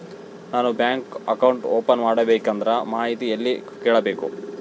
ನಾನು bank account open ಮಾಡಬೇಕಂದ್ರ ಮಾಹಿತಿ ಎಲ್ಲಿ ಕೇಳಬೇಕು?